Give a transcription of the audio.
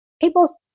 people